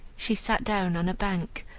she sat down on a bank,